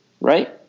right